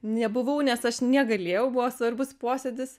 nebuvau nes aš negalėjau buvo svarbus posėdis